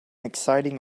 exciting